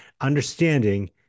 understanding